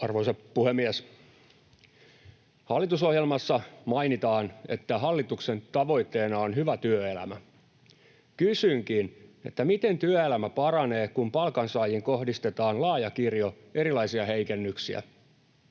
Arvoisa puhemies! Hallitusohjelmassa mainitaan, että hallituksen tavoitteena on hyvä työelämä. Kysynkin, miten työelämä paranee, kun palkansaajiin kohdistetaan laaja kirjo erilaisia heikennyksiä.